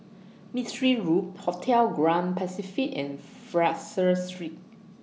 Mistri Road Hotel Grand Pacific and Fraser Street